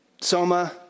Soma